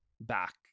back